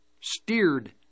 steered